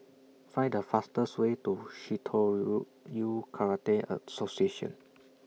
Find The fastest Way to Karate Association